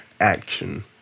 action